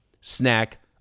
snack